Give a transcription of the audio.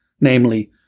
namely